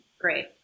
great